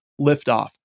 Liftoff